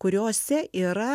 kuriose yra